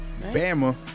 Bama